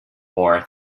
more